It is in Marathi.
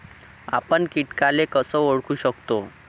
आपन कीटकाले कस ओळखू शकतो?